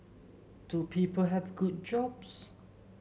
do people have good jobs